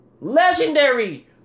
Legendary